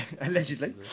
Allegedly